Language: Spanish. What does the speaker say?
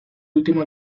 último